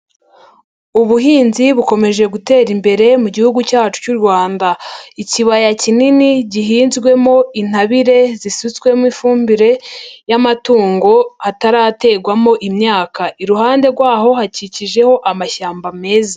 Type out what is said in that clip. Ubuhinzi bukomeje gutera imbere mu gihugu cyacu cy'u Rwanda, ikibaya kinini gihinzwemo intabire zisutswemo ifumbire y'amatungo hataraterwamo imyaka, iruhande rwaho hakikijeho amashyamba meza.